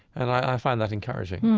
and i find that encouraging